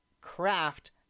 craft